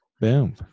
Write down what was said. boom